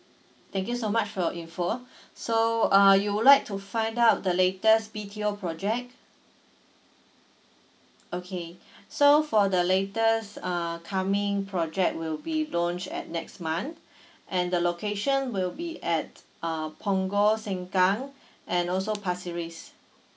thank you so much for your info so uh you would like to find out the latest B_T_O project okay so for the latest uh coming project will be launch at next month and the location will be at uh punggol sengkang and also pasir ris